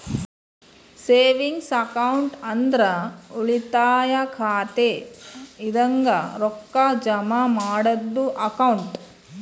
savings account ಅಂದ್ರ ಉಳಿತಾಯ ಖಾತೆ ಇದಂಗ ರೊಕ್ಕಾ ಜಮಾ ಮಾಡದ್ದು ಅಕೌಂಟ್